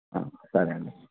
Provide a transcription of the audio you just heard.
సరే అండి